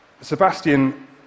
Sebastian